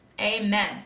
Amen